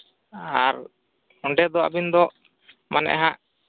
ᱟᱨ ᱚᱸᱰᱮᱫᱚ ᱟᱵᱮᱱᱫᱚ ᱢᱟᱱᱮ ᱦᱟᱸᱜ